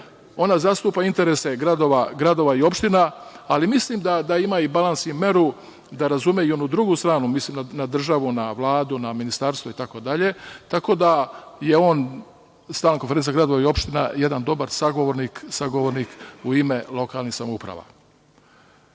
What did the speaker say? Ona zastupa interese gradova i opština, ali mislim da ima balans i meru da razume i onu drugu stranu, mislim na državu, na Vladu, na ministarstvo itd. Tako da je Stalna konferencija gradova i opština jedan dobar sagovornik u ime lokalnih samouprava.